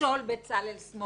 בצלאל סמוטריץ.